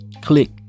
click